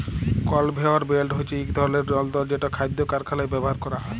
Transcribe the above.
conveyor belt হছে ইক ধরলের যল্তর যেট খাইদ্য কারখালায় ব্যাভার ক্যরা হ্যয়